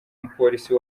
mupolisi